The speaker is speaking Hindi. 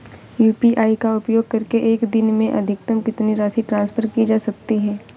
यू.पी.आई का उपयोग करके एक दिन में अधिकतम कितनी राशि ट्रांसफर की जा सकती है?